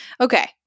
Okay